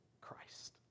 Christ